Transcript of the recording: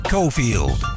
Cofield